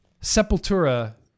Sepultura